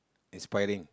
expiring